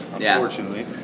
unfortunately